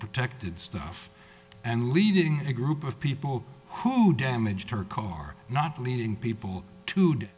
protected stuff and leading a group of people who damage her car not leading people to do